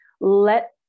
let